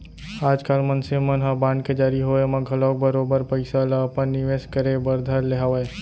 आजकाल मनसे मन ह बांड के जारी होय म घलौक बरोबर पइसा ल अपन निवेस करे बर धर ले हवय